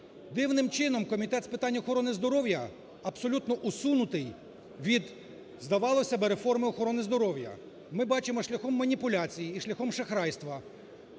Дивним чином Комітет з питань охорони здоров'я абсолютно усунутий від, здавалося би, реформи охорони здоров'я. Ми бачимо, шляхом маніпуляції і шляхом шахрайства